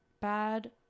bad